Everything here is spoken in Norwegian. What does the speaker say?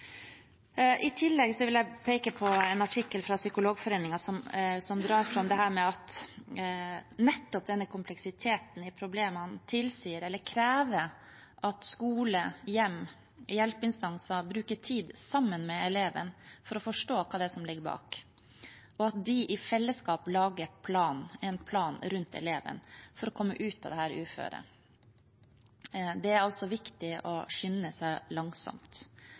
I tillegg vil jeg peke på en artikkel fra Psykologforeningen, som drar fram dette med at nettopp kompleksiteten i problemene tilsier – eller krever – at skole, hjem og hjelpeinstanser bruker tid sammen med eleven for å forstå hva som ligger bak, og at de i fellesskap lager en plan rundt eleven for å komme ut av uføret. Det er altså viktig å skynde seg langsomt.